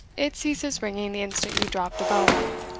it ceases ringing the instant you drop the bell-rope